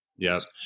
Yes